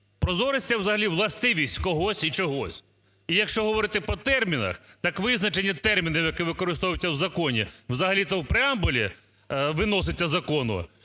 Прозорість – це взагалі властивість когось і чогось. І якщо говорити по термінах, так визначення термінів, які використовуються в законі, взагалі-то в преамбулі виноситься закону,